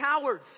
cowards